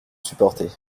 supporter